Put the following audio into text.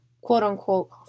quote-unquote